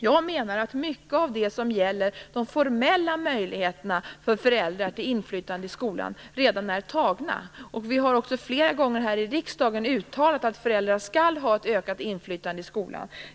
Jag menar att mycket av det som gäller de formella möjligheterna för föräldrarna till inflytande i skolan redan är antaget. Vi har flera gånger i riksdagen uttalat att föräldrarna skall ha ett ökat inflytande i skolan.